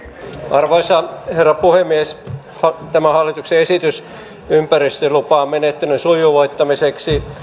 arvoisa herra puhemies tämä hallituksen esitys ympäristölupamenettelyn sujuvoittamiseksi